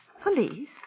Police